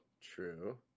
True